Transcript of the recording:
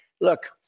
Look